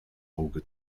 auge